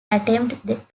attempted